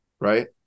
right